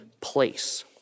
place